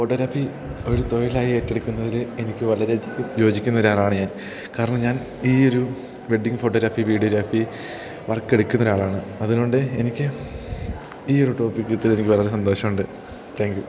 photography ഒരു തൊഴിലായി ഏറ്റെടുക്കുന്നതിൽ എനിക്ക് വളരെയധികം യോജിക്കുന്ന ഒരാളാണ് ഞാൻ കാരണം ഞാൻ ഈ ഒരു വെഡ്ഡിങ്ങ് ഫോട്ടോഗ്രാഫി വീഡിയോഗ്രാഫി വർക്ക് എടുക്കുന്ന ഒരാളാണ് അതു കൊണ്ട് എനിക്ക് ഈ ഒരു ടോപ്പിക്ക് കിട്ടിയത് എനിക്ക് വളരെ സന്തോഷമുണ്ട് താങ്ക് യൂ